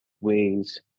ways